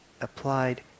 applied